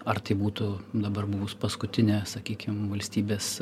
ar tai būtų dabar buvus paskutinė sakykim valstybės